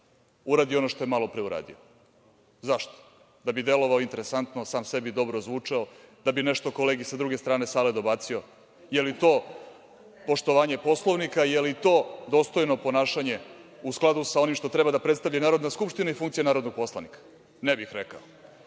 uradi ono što je malopre uradio. Zašto? Da bi delovao interesantno, sam sebi dobro zvučao, da bi nešto kolegi sa druge strane sale dobacio. Da li je to poštovanje Poslovnika? Da li je to dostojno ponašanje u skladu sa onim što treba da predstavlja i Narodna skupština i funkcija narodnog poslanika? Ne bih rekao. Ne